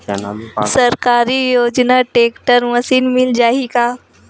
सरकारी योजना टेक्टर मशीन मिल जाही का?